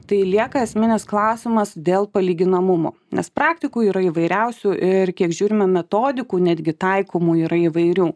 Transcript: tai lieka esminis klausimas dėl palyginamumų nes praktikų yra įvairiausių ir kiek žiūrime metodikų netgi taikomų yra įvairių